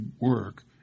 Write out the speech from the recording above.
work